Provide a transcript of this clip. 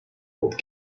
old